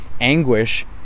anguish